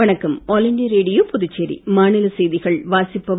வணக்கம் All India Radio Puducherry மாநிலச் செய்திகள் வாசிப்பவர்